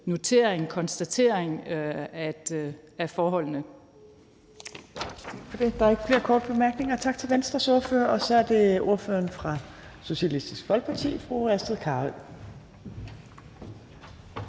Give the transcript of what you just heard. notering, konstatering af forholdene.